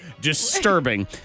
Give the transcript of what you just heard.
Disturbing